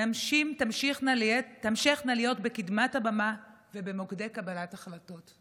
נשים תמשכנה להיות בקדמת הבמה ובמוקדי קבלת החלטות.